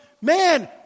man